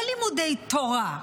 לא לימודי תורה.